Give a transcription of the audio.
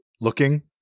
looking